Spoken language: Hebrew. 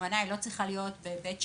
להשמנה לא צריכה להיות בהיבט של תחלואה.